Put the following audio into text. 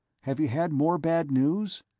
have you had more bad news?